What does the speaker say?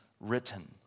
written